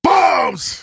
Bombs